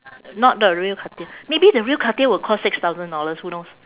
not the real cartier maybe the real cartier will cost six thousand dollars who knows